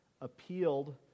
appealed